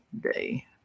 day